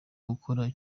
gukora